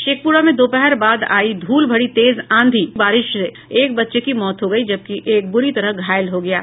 शेखपुरा में दोपहर बाद आयी धूल भरी तेज आंधी के दौरान हादसे में एक बच्चे की मौत हो गयी जबकि एक ब्री तरह घायल हो गया है